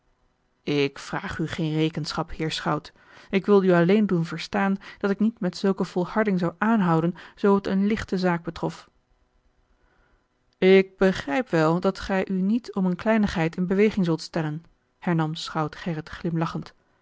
ik vraag u geene rekenschap heer schout ik wilde u alleen doen verstaan dat ik niet met zulke volharding zou aanhouden zoo het eene lichte zaak betrof ik begrijp wel dat gij u niet om eene kleinigheid in beweging zult stellen hernam schout gerrit glimlachend